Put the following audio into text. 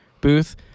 booth